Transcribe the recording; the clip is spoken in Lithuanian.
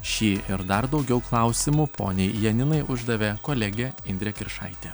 šį ir dar daugiau klausimų poniai janinai uždavė kolegė indrė kiršaitė